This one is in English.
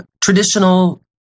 traditional